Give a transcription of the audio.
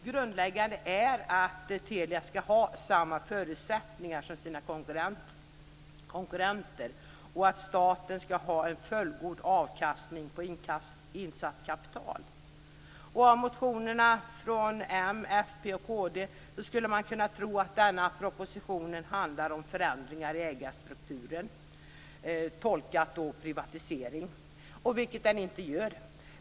Grundläggande är att Telia skall ha samma förutsättningar som sina konkurrenter och att staten skall ha en fullgod avkastning på insatt kapital. Av motionerna från m, fp och kd skulle man kunna tro att denna proposition handlar om förändringar i ägarstrukturen, tolkat som privatisering, vilket den inte gör.